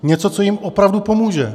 Něco, co jim opravdu pomůže.